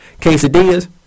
quesadillas